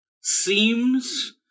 seems